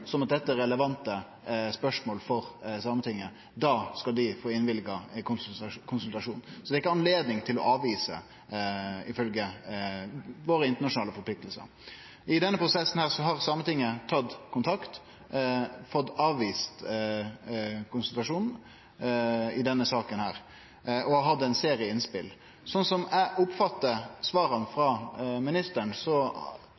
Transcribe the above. sjølv at dette er relevante spørsmål for Sametinget, skal dei få innvilga konsultasjon. Det er det ikkje anledning til å avvise, ifølgje våre internasjonale forpliktingar. I denne prosessen har Sametinget tatt kontakt og fått avvist konsultasjon i denne saka og har hatt ein serie innspel. Sånn som eg oppfattar